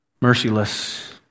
merciless